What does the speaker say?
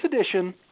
edition